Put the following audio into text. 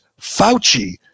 Fauci